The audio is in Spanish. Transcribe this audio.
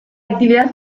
actividad